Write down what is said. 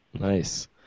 Nice